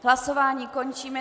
Hlasování končím.